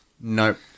Nope